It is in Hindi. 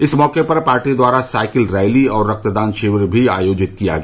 इस मौके पर पार्टी द्वारा साइकिल रैली और रक्तदान शिविर भी आयोजित किया गया